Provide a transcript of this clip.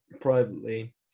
privately